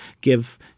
give